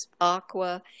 aqua